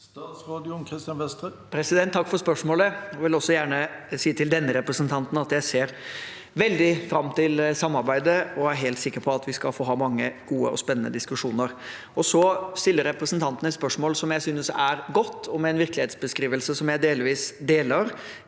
Statsråd Jan Christian Vestre Takk for spørsmålet. Jeg vil også gjerne si til denne representanten at jeg ser veldig fram til samarbeidet og er helt sikker på at vi skal få mange gode og spennende diskusjoner. Representanten stiller et spørsmål jeg synes er godt, og med en virkelighetsbeskrivelse jeg delvis deler.